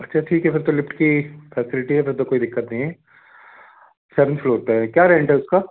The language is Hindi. अच्छा ठीक है फिर तो लिफ़्ट की फैसिलिटी है फिर तो कोई दिक्कत नहीं है सेवेन्थ फ्लोर पर है क्या रेंट है उसका